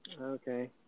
okay